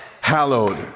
hallowed